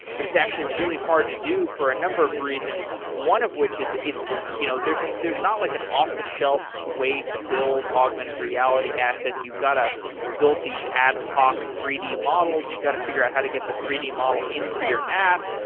but it's actually really hard to do for a number of reasons. one of which is it's you know there's there's not like an off-the-shelf way to build augmented reality assets. you've got to build these ad hoc three d models, you've got to figure out how to get the three d model into your app,